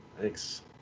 Thanks